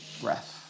breath